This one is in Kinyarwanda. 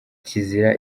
kizira